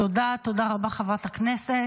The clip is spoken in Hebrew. תודה רבה, חברת הכנסת.